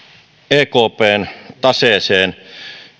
ekpn taseeseen